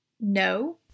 No